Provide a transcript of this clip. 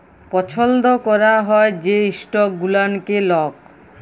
পছল্দ ক্যরা হ্যয় যে ইস্টক গুলানকে লক